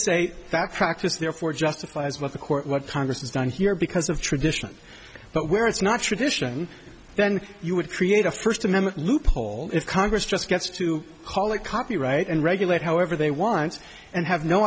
say that practice therefore justifies what the court what congress has done here because of tradition but where it's not tradition then you would create a first amendment loophole if congress just gets to call it copyright and regulate however they want and have no